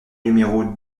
numéro